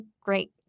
great